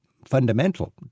fundamental